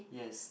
yes